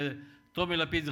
מה ילמדו, אני לא יודע.